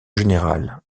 générale